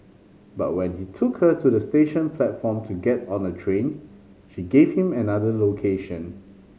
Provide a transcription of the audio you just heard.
but when he took her to the station platform to get on a train she gave him another location